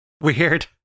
Weird